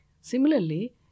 Similarly